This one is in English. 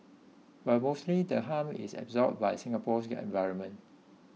but mostly the harm is absorbed by Singapore's environment